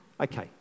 Okay